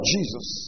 Jesus